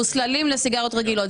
מוסללים לסיגריות רגילות,